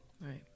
Right